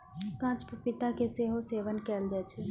कांच पपीता के सेहो सेवन कैल जाइ छै